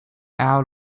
out